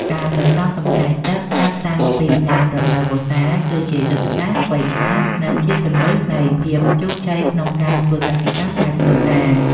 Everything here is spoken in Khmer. ការសន្សំសំចៃទឹកចាប់តាំងពីដើមរដូវវស្សាគឺជាយុទ្ធសាស្ត្រវៃឆ្លាត និងជាគន្លឹះនៃភាពជោគជ័យក្នុងការធ្វើកសិកម្មបែបគ្រួសារ។